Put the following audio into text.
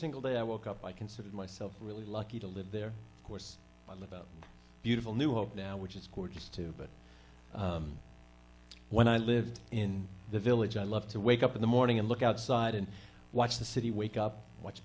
single day i woke up i consider myself really lucky to live there was about beautiful new hope now which is gorgeous too but when i lived in the village i love to wake up in the morning and look outside and watch the city wake up watch